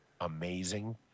amazing